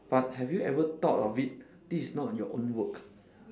but have you ever thought of it this is not your own work